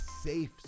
safe